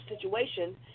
situation